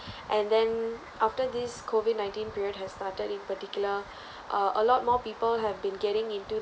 and then after this COVID nineteen period has started in particular uh a lot more people have been getting into